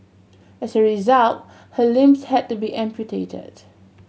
as a result her limbs had to be amputated